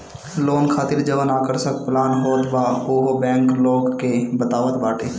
loan खातिर जवन आकर्षक प्लान होत बा उहो बैंक लोग के बतावत बाटे